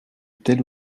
telle